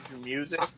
music